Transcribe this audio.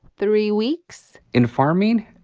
three weeks in farming,